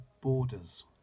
borders